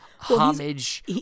homage